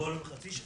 כל חצי שנה?